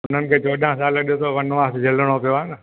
हुननि खे चौडहं साल ॾिसो वनवास झेलणु पियो आहे न